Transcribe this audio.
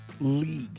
league